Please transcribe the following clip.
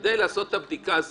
כדי לעשות את הבדיקה,